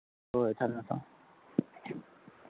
ꯍꯣꯏ ꯊꯝꯃꯣ ꯊꯝꯃꯣ